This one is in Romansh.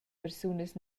persunas